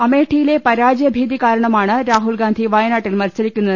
അമേഠിയിലെ പരാജയ ഭീതി കാരണമാണ് രാഹുൽ ഗാന്ധി വയനാട്ടിൽ മത്സരിക്കുന്നത്